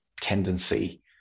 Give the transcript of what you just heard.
tendency